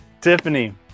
Tiffany